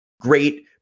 great